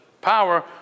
power